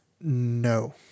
No